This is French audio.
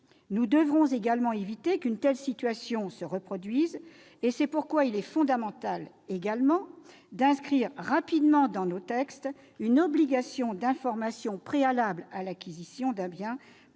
Nous devons également éviter qu'une telle situation ne se reproduise. C'est pourquoi il est fondamental d'inscrire rapidement dans les textes une obligation d'information préalable à l'acquisition d'un bien proche